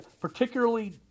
particularly